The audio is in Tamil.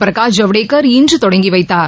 பிரகாஷ் ஜவ்டேகர் இன்ற தொடங்கி வைத்தார்